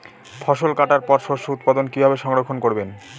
ফসল কাটার পর শস্য উৎপাদন কিভাবে সংরক্ষণ করবেন?